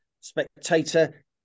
spectator